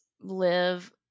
live